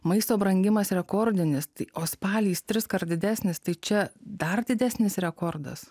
maisto brangimas rekordinis o spalį jis triskart didesnis tai čia dar didesnis rekordas